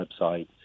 website